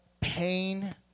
pain